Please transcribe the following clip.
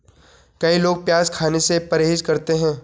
कई लोग प्याज खाने से परहेज करते है